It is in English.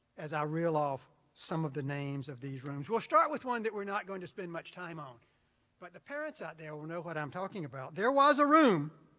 as i reel off some of the names of these rooms. we'll start with one we're not going to spend much time on but the parents out there will know what i'm talking about. there was a room,